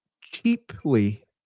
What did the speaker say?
cheaply